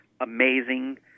amazing